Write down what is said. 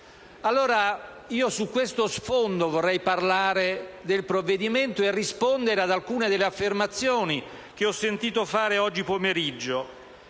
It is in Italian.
anni. Su questo sfondo, vorrei parlare del provvedimento e rispondere ad alcune delle affermazioni che ho sentito fare questo pomeriggio.